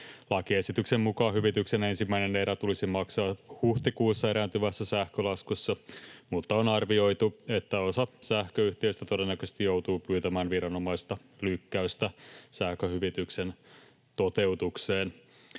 Lakiesityksen mukaan hyvityksen ensimmäinen erä tulisi maksaa huhtikuussa erääntyvässä sähkölaskussa, mutta on arvioitu, että osa sähköyhtiöistä todennäköisesti joutuu pyytämään viranomaisilta lykkäystä sähköhyvityksen toteutukseen.